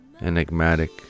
enigmatic